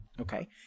Okay